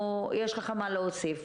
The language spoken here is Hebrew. ככל שיש איזשהו עניין משפטי.